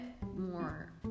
more